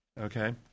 Okay